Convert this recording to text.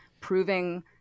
proving